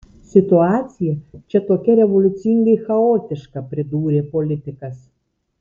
situacija čia tokia revoliucingai chaotiška pridūrė politikas